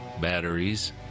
batteries